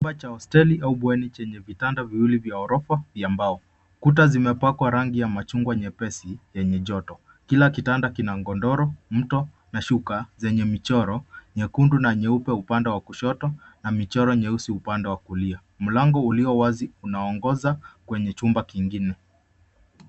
Chumba cha hosteli, au bweni chenye vitanda viwili vya ghorofa, ya mbao. Kuta zimepakwa rangi ya machungwa nyepesi, yenye joto. Kila kitanda kina, godoro, mto, na shuka zenye michoro, nyekundu na nyeupe upande wa kushoto, na michoro nyeusi upande wa kulia. Mlango ulio wazi, unaongoza, kwenye chumba kingine.